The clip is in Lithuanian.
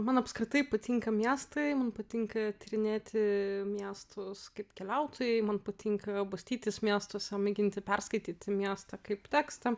man apskritai patinka miestai man patinka tyrinėti miestus kaip keliautojai man patinka bastytis miestuose mėginti perskaityti miestą kaip tekstą